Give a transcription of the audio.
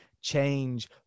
change